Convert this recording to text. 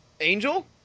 Angel